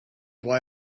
why